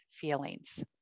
feelings